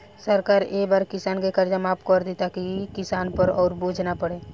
सरकार ए बार किसान के कर्जा माफ कर दि ताकि किसान पर अउर बोझ ना पड़े